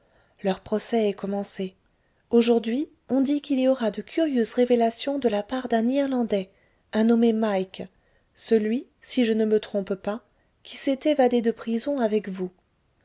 leur procès est commencé aujourd'hui on dit qu'il y aura de curieuses révélations de la part d'un irlandais un nommé mike celui si je ne me trompe pas qui s'est évadé de prison avec vous